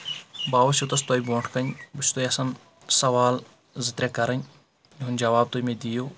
بہٕ آوُس یوٗتاہ تۄہہِ برونٛٹھ کَنۍ بہٕ چھُس تۄہہِ آسن سوال زٕ ترٛےٚ کَرٕنۍ تِہُنٛد جواب تُہۍ مےٚ دِیِو